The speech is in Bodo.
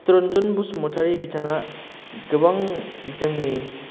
चित्तरन्जन मोसाहारी बिथाङा गोबां जोंनि